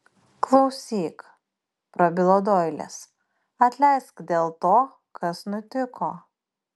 klausyk prabilo doilis atleisk dėl to kas nutiko